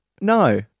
no